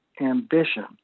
ambition